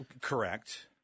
Correct